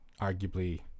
arguably